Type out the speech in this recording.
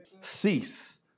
Cease